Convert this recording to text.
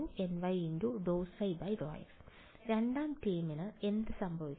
രണ്ടാം ടേമിന് എന്ത് സംഭവിക്കും